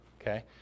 okay